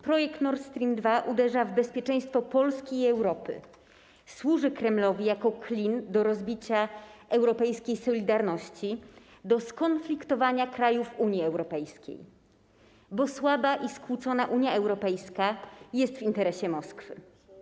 Projekt Nord Stream 2 uderza w bezpieczeństwo Polski i Europy, służy Kremlowi jako klin do rozbicia europejskiej solidarności, do skonfliktowania krajów Unii Europejskiej, bo słaba i skłócona Unia Europejska jest w interesie Moskwy.